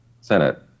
Senate